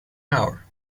hour